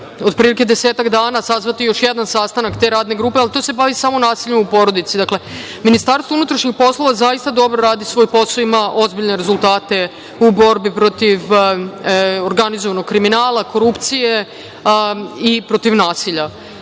otprilike desetak dana ja ću sazvati još jedan sastanak te Radne grupe, ali to se bavi samo nasiljem u porodici. Dakle, MUP zaista dobro radi svoj posao i ima ozbiljne rezultate u borbi protiv organizovanog kriminala, korupcije i protiv nasilja.